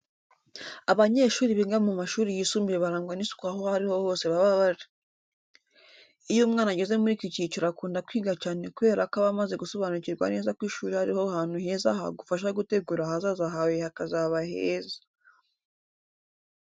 Abanyeshuri biga mu mashuri yisumbuye barangwa n'isuku aho ari ho hose baba bari. Iyo umwana ageze muri iki cyiciro akunda kwiga cyane kubera ko aba amaze gusobanukirwa neza ko ishuri ari ho hantu heza hagufasha gutegura ahazaza hawe hakazaba heza.